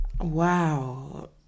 wow